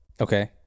Okay